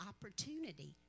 opportunity